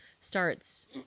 starts